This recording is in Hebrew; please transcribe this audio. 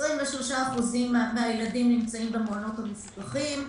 23% מהילדים נמצאים במעונות המפוקחים,